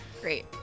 Great